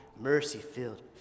mercy-filled